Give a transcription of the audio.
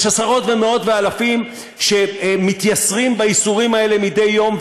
יש עשרות ומאות ואלפים שמתייסרים בייסורים האלה מדי יום,